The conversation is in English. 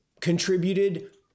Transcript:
contributed